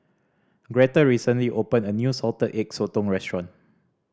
Greta recently opened a new Salted Egg Sotong restaurant